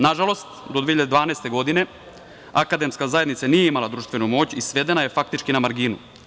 Nažalost, do 2012. godine akademska zajednica nije imala društvenu moć i svedena je, faktički, na marginu.